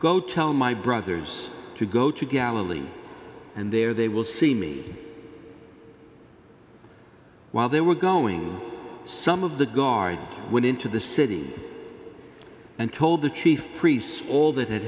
go tell my brothers to go to galilee and there they will see me while they were going some of the guard went into the city and told the chief priests all that had